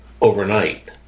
overnight